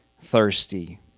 thirsty